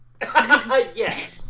Yes